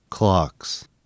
clocks